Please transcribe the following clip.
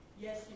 yes